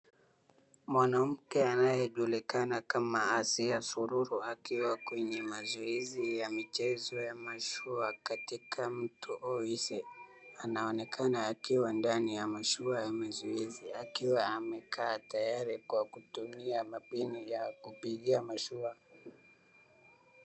Mwanamke anayejulikana kama Asiya Sururu akiwa kwenye mazoezi ya michezo ya mashua katika mto Oise anaonekana akiwa ndani ya mashua ya mazoezi akiwa amekaa tayari kwa kutumia mapini ya kupigia mashua .